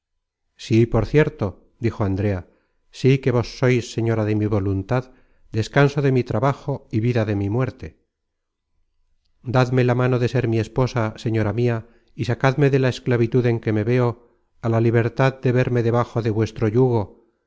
sí por cierto dijo andrea sí que vos sois señora de mi voluntad descanso de mi trabajo y vida de mi muerte dadme la mano de ser mi esposa señora mia y sacadme de la esclavitud en que me veo á la libertad de verme debajo de vuestro yugo